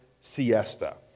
siesta